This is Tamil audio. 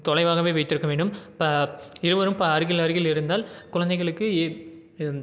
தொலைவாகவே வைத்திருக்க வேண்டும் ப இருவரும் ப அருகில் அருகில் இருந்தால் குழந்தைகளுக்கு ஏ